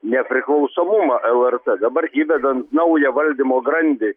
nepriklausomumą lrt dabar įvedant naują valdymo grandį